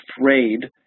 afraid